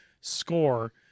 score